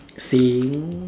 saying or